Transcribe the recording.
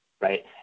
right